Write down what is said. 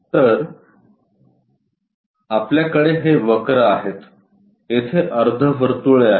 तर आपल्याकडे हे वक्र आहेत येथे अर्धवर्तुळे आहेत